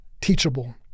teachable